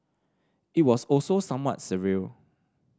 it was also somewhat surreal